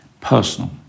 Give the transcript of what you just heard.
personal